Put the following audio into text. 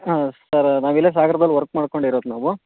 ಹಾಂ ಸರ್ ನಾವು ಇಲ್ಲೇ ಸಾಗರ್ದಲ್ಲಿ ವರ್ಕ್ ಮಾಡ್ಕೊಂಡು ಇರೋದು ನಾವು